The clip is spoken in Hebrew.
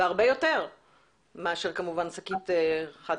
והרבה יותר מאשר כמובן על שקית חד-פעמית.